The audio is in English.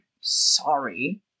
Sorry